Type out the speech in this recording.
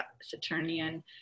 Saturnian